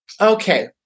Okay